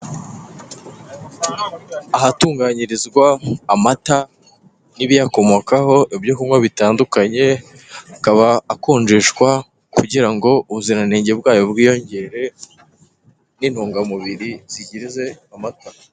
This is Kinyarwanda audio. Ahatunganyirizwa amata n'ibiyakomokaho ibyo kunywa bitandukanye, akaba akonjeshwa kugira ngo ubuziranenge bwayo bwiyongere n'intungamubiri zigize amata.